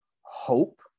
hope